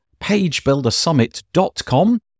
pagebuildersummit.com